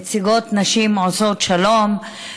נציגות נשים עושות שלום,